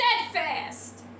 steadfast